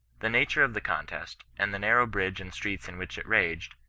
the nature of the contest, and the narrow bridge and streets in which it raged,